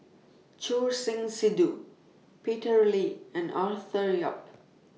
Choor Singh Sidhu Peter Lee and Arthur Yap